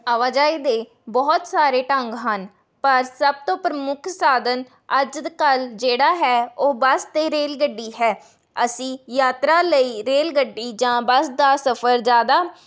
ਆਵਜਾਈ ਦੇ ਬਹੁਤ ਸਾਰੇ ਢੰਗ ਹਨ ਪਰ ਸਭ ਤੋਂ ਪ੍ਰਮੁੱਖ ਸਾਧਨ ਅੱਜ ਦ ਕੱਲ੍ਹ ਜਿਹੜਾ ਹੈ ਉਹ ਬੱਸ ਅਤੇ ਰੇਲਗੱਡੀ ਹੈ ਅਸੀਂ ਯਾਤਰਾ ਲਈ ਰੇਲਗੱਡੀ ਜਾਂ ਬੱਸ ਦਾ ਸਫ਼ਰ ਜ਼ਿਆਦਾ